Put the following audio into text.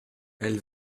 elle